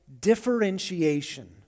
differentiation